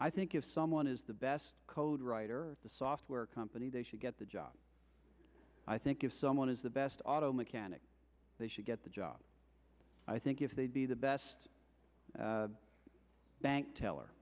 i think if someone is the best code right or the software company they should get the job i think if someone is the best auto mechanic they should get the job i think if they'd be the best bank teller